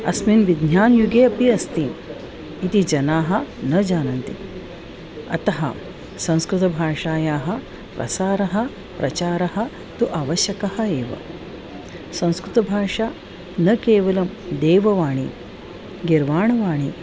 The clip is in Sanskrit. अस्मिन् विज्ञानयुगे अपि अस्ति इति जनाः न जानन्ति अतः संस्कृतभाषायाः प्रसारः प्रचारः तु आवश्यकः एव संस्कृतभाषा न केवलं देववाणी गीर्वाणवाणी